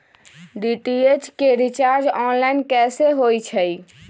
DTH के recharge online कैसे होईछई?